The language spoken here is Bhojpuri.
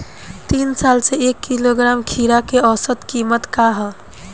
तीन साल से एक किलोग्राम खीरा के औसत किमत का ह?